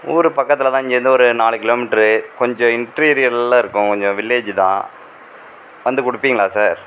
ஊருக்கு பக்கத்திலதான் இங்கேருந்து ஒரு நாலு கிலோ மீட்டரு கொஞ்சம் இண்ட்டீரியர்ல இருக்கும் கொஞ்சம் வில்லேஜி தான் வந்து கொடுப்பிங்களா சார்